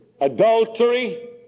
adultery